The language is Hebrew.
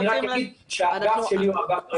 אני רק אגיד שהאגף שלי אגף רלוונטי.